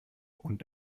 und